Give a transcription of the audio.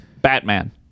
Batman